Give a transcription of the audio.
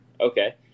Okay